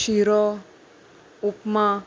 शिरो उपमा